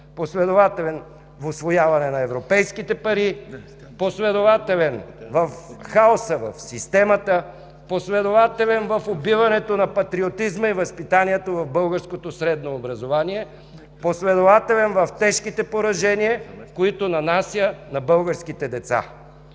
последователен в усвояване на европейските пари, последователен в хаоса в системата, последователен в убиването на патриотизма и възпитанието в българското средно образование, последователен в тежките поражения, които нанася на българските деца.